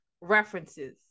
references